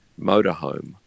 motorhome